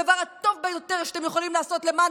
הדבר הטוב ביותר שאתם יכולים לעשות למען